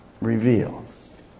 reveals